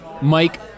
Mike